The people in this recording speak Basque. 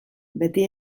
beti